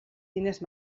diners